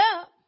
up